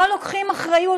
לא לוקחים אחריות,